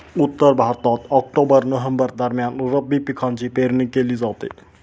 उत्तर भारतात October November दरम्यान रब्बी पिकांची पेरणी केली जाते